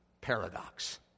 paradox